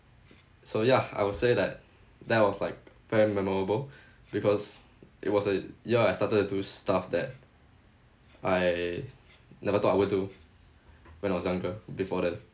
so ya I would say that that was like very memorable because it was a year I started to do stuff that I never thought I will do when I was younger before that